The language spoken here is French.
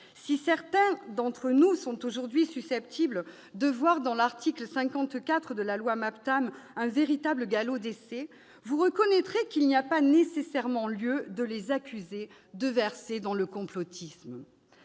Si certains d'entre nous sont aujourd'hui enclins à voir dans l'article 54 de la loi MAPTAM un véritable galop d'essai, on reconnaîtra qu'il n'y a pas nécessairement lieu de les accuser de verser dans le complotisme